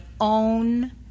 own